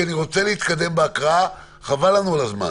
אני רוצה להתקדם בהקראה, חבל לנו על הזמן.